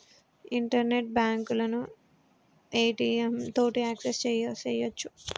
internet బాంకులను ATM తోటి access సెయ్యొచ్చు